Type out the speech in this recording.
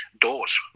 doors